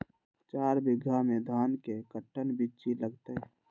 चार बीघा में धन के कर्टन बिच्ची लगतै?